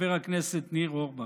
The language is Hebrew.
חבר הכנסת ניר אורבך.